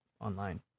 online